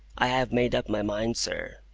i have made up my mind, sir,